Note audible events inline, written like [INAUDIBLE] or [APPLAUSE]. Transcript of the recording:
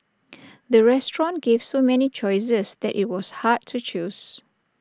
[NOISE] the restaurant gave so many choices that IT was hard to choose